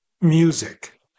music